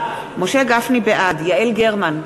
בעד יעל גרמן,